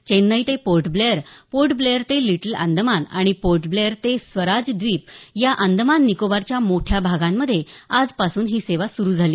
चेन्नई ते पोर्ट ब्लेअर पोर्ट ब्लेअर ते लिटल अंदमान आणि पोर्ट ब्लेअर ते स्वराज द्विप या अंदमान निकोबारच्या मोठ्या भागांमध्ये आजपासून ही सेवा सुरू झाली